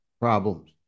problems